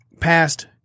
past